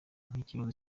nk’ikibazo